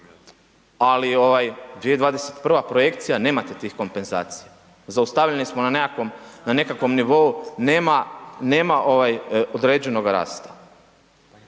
ali ovaj 2021. projekcija nemate tih kompenzacija. Zaustavljeni smo na nekakvom nivou nema ovaj određenoga rasta.